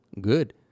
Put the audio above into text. good